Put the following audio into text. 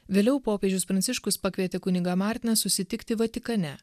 vėliau popiežius pranciškus pakvietė kunigą martiną susitikti vatikane